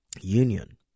union